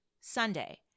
Sunday